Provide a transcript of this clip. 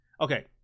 okay